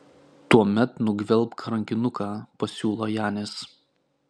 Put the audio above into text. tuomet nugvelbk rankinuką pasiūlo janis